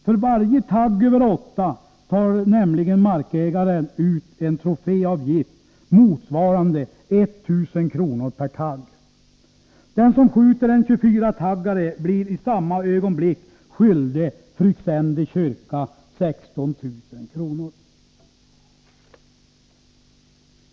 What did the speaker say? För varje tagg över åtta tar nämligen markägaren ut en troféavgift motsvarande 1 000 kr. per tagg. Den som skjuter en 24-taggare blir i samma ögonblick skyldig Fryksände kyrka 16 000 kr.